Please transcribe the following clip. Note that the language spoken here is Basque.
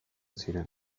ziren